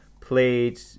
played